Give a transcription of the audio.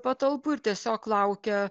patalpų ir tiesiog laukė